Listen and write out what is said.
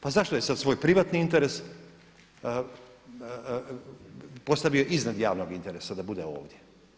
Pa zašto je svoj privatni interes postavio iznad javnog interesa da bude ovdje.